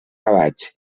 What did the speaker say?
gavatx